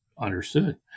Understood